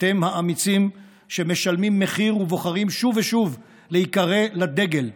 אתם האמיצים שמשלמים מחיר ובוחרים שוב ושוב להיקרא לדגל,